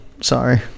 sorry